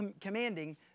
commanding